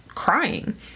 crying